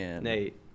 Nate